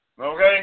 Okay